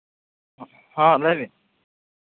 ᱦᱮᱸ ᱞᱟᱹᱭ ᱵᱤᱱ